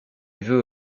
vue